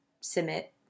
submit